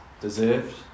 deserved